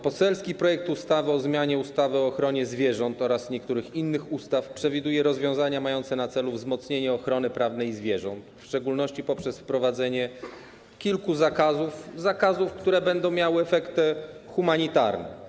Poselski projekt ustawy o zmianie ustawy o ochronie zwierząt oraz niektórych innych ustaw przewiduje rozwiązania mające na celu wzmocnienie ochrony prawnej zwierząt, w szczególności poprzez wprowadzenie kilku zakazów, które będą miały efekty humanitarne.